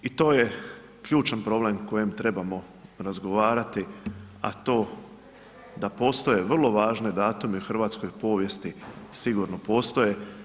I to je ključan problem o kojem trebamo razgovarati, a to da postoje vrlo važni datumi u hrvatskoj povijesti, sigurno postoje.